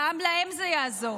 גם להם זה יעזור.